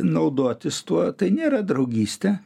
naudotis tuo tai nėra draugystė